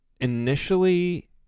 Initially